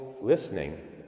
listening